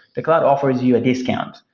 the cloud offers you a discount.